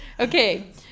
Okay